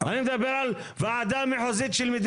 אני אשאל שאלה, האם אתה חושב, אילן, אתה,